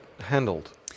handled